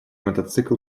мотоцикл